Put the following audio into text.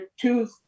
two